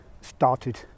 started